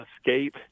escape